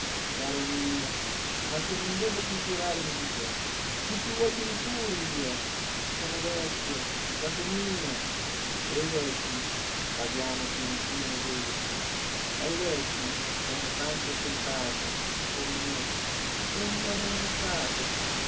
caro mio ma se non debbo più curarmi di te di chi vuoi che mi curi io sono vecchio giacomino e ai vecchi badiamo che non siano egoisti ai vecchi che hanno tanto stentato come me a prendere uno stato